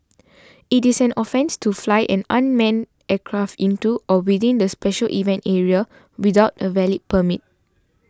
it is an offence to fly an unmanned aircraft into or within the special event area without a valid permit